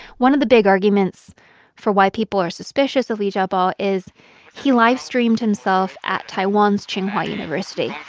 one of the big arguments for why people are suspicious of li jiabao is he livestreamed himself at taiwan's tsing hua university